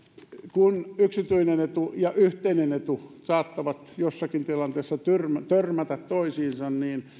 kun yksityinen etu ja yhteinen etu saattavat jossakin tilanteessa törmätä törmätä toisiinsa